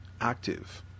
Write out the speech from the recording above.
active